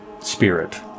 spirit